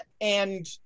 And-